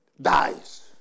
dies